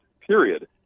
period